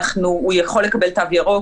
הוא יכול לקבל תו ירוק,